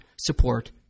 support